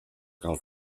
cal